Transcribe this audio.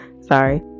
sorry